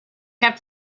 kept